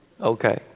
Okay